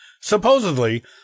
Supposedly